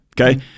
Okay